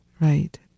Right